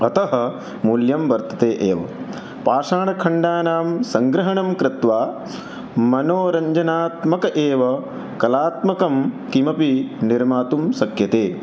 अतः मूल्यं वर्तते एव पाषाणखण्डानां सङ्ग्रहणं कृत्वा मनोरञ्जनात्मकम् एव कलात्मकं किमपि निर्मातुं शक्यते